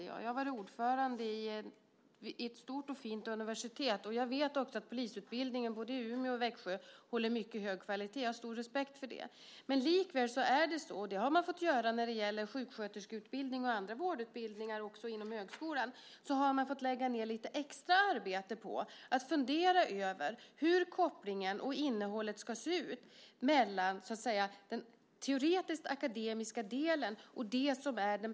Jag har varit ordförande för ett stort och fint universitet, och jag vet också att polisutbildningarna i både Umeå och Växjö håller mycket hög kvalitet. Jag har stor respekt för det. Likväl är det så att man fått lägga ned lite extra arbete på att fundera över hur kopplingen och innehållet ska se ut mellan den teoretiskt akademiska delen och den praktiska träningen.